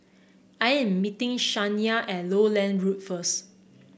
I am meeting Shania at Lowland Road first